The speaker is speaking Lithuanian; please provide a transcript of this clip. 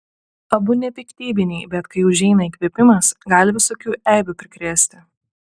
abu nepiktybiniai bet kai užeina įkvėpimas gali visokių eibių prikrėsti